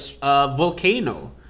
volcano